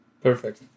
Perfect